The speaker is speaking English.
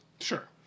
Sure